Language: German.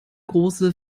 große